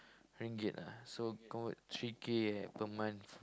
ringgit lah so convert three K per month